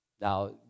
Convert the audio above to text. Now